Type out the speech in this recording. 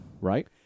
right